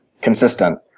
consistent